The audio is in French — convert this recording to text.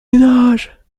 ménage